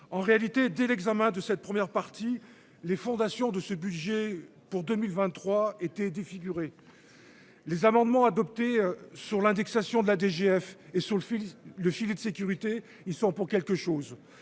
en réalité dès l'examen de cette première partie les fondations de ce budget pour 2023, été défiguré. Les amendements adoptés sur l'indexation de la DGF et sur le fil le filet de sécurité. Ils sont pour quelque chose